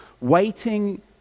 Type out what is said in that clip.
Waiting